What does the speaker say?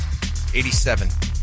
87